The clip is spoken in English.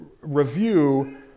review